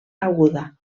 aguda